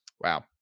Wow